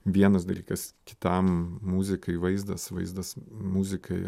vienas dalykas kitam muzikai vaizdas vaizdas muzikai